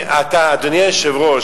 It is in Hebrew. אדוני היושב-ראש,